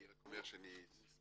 אני רק אומר שאני מאוד